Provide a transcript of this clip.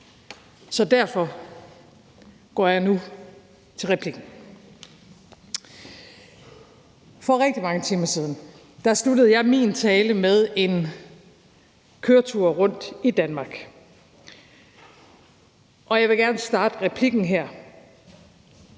så derfor går jeg nu til replikken. For rigtig mange timer siden sluttede jeg min tale med en køretur rundt i Danmark, og jeg vil gerne starte replikken her